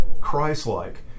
Christ-like